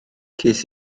ces